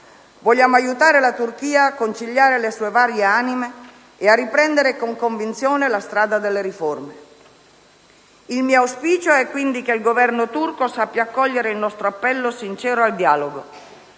vogliamo aiutare la Turchia a conciliare le sue varie anime e a riprendere con convinzione la strada delle riforme. Il mio auspicio è quindi che il Governo turco sappia accogliere il nostro appello sincero al dialogo.